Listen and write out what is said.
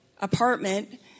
apartment